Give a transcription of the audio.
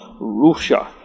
Russia